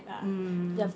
mm mm mm mm